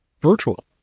virtual